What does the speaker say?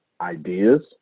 ideas